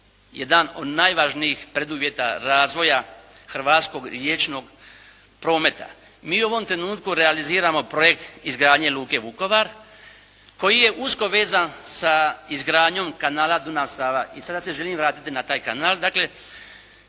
jedan od najvažnijih preduvjeta razvoja hrvatskog riječnog prometa. Mi u ovom trenutku realiziramo projekt izgradnje luke Vukovar koji je usko vezan sa izgradnjom kanala Dunav-Sava. I sada se želim vratiti na taj kanal.